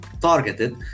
targeted